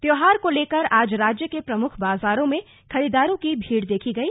त्यौहार को लेकर आज राज्य के प्रमुख बाज़ारों में खरीददारों की भीड़ देखी गई